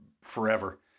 forever